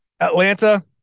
Atlanta